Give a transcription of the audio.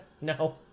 no